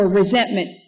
resentment